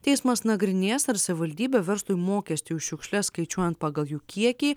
teismas nagrinės ar savivaldybė verslui mokestį už šiukšles skaičiuojant pagal jų kiekį